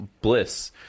Bliss